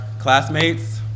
classmates